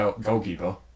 goalkeeper